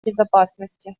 безопасности